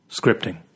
Scripting